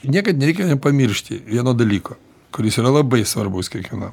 niekad reikia nepamiršti vieno dalyko kuris yra labai svarbus kiekvienam